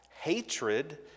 hatred